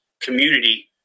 community